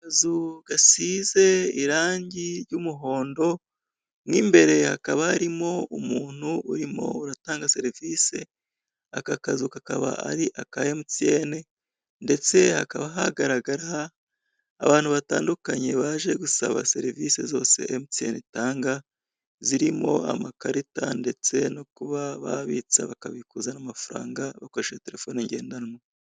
Akazu gasize irangi ry'umuhondo, mo imbere hakaba harimo umuntu urimo uratanga serivisi, aka kazu kakaba ari aka emutiyene, ndetse hakaba hagaragara abantu batandukanye baje gusaba serivisi zose emutiyene itanga, zirimo amakarita, ndetse no kuba babitsa bakabikuza n'amafaranga bakoresha telefoni ngendanwa.